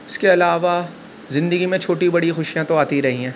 اس کے علاوہ زندگی میں چھوٹی بڑی خوشیاں تو آتی ہی رہی ہیں